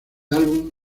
álbum